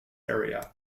area